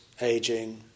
aging